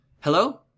Hello